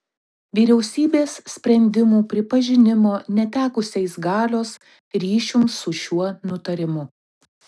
vyriausybės sprendimų pripažinimo netekusiais galios ryšium su šiuo nutarimu